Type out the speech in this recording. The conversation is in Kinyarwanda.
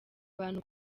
abantu